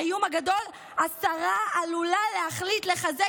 האיום הגדול: השרה עלולה להחליט לחזק